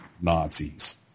Nazis